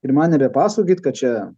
ir man nebepasakokit kad čia